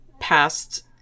Past